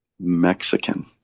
Mexican